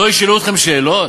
לא ישאלו אתכם שאלות?